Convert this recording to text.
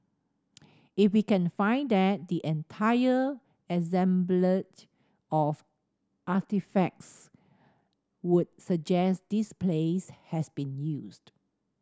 if we can find that the entire assemblage of artefacts would suggest this place has been used